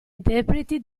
interpreti